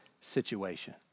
situation